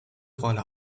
rolle